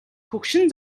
хөгшин